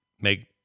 make